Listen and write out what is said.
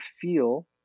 feel